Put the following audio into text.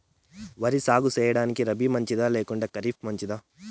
వరి సాగు సేయడానికి రబి మంచిదా లేకుంటే ఖరీఫ్ మంచిదా